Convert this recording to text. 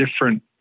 different